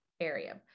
area